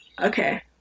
okay